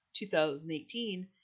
2018